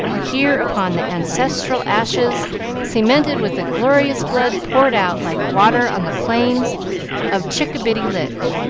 here, upon the ancestral ashes cemented with the glorious blood poured out like water on the plains of chickabiddy lick.